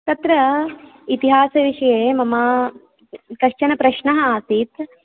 तत्र इतिहासविषये मम कश्चन प्रश्नः आसीत्